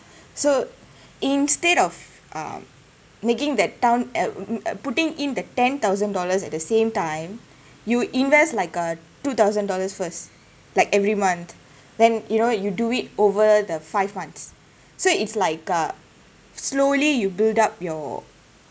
so instead of um making that time uh uh putting in that ten thousand dollars at the same time you invest like a two thousand dollars first like every month then you know you do it over the five months so it's like uh slowly you build up your